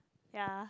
ya